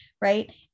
right